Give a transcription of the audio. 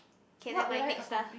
okay never mind next lah